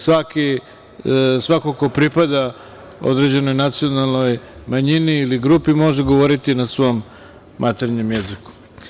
Svako ko pripada određenoj nacionalnoj manjini ili grupi može govoriti na svom maternjem jeziku.